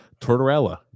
Tortorella